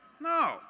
No